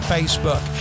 Facebook